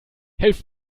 helft